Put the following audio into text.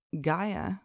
Gaia